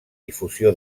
difusió